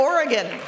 Oregon